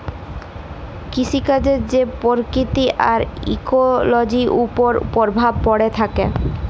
কিসিকাজের যে পরকিতি আর ইকোলোজির উপর পরভাব প্যড়ে থ্যাকে